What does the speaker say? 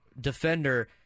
defender